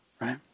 Right